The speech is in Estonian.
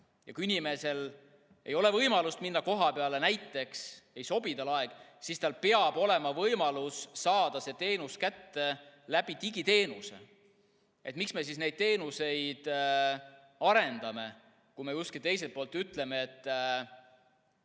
Kui inimesel ei ole võimalust minna kohapeale, näiteks ei sobi talle aeg, siis tal peab olema võimalus saada see teenus kätte digiteenuse abil. Miks me siis neid teenuseid arendame, kui me teiselt poolt ütleme, et